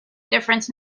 difference